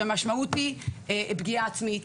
והמשמעות היא פגיעה עצמית,